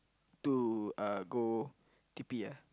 to uh go T_P ah